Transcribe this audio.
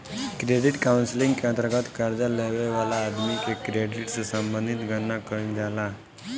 credit counselling के अंतर्गत कर्जा लेबे वाला आदमी के क्रेडिट से संबंधित गणना कईल जाला